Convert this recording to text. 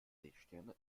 seesterne